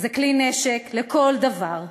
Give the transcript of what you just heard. זה כלי נשק לכל דבר.